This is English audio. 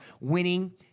winning